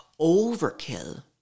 overkill